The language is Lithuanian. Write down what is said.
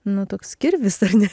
nu toks kirvis ar ne